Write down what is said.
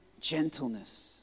gentleness